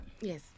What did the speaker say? yes